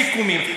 אם אין סיכומים,